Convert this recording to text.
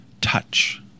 touch